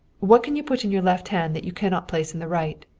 what can you put in your left hand that you cannot place in the right?